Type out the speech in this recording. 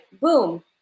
boom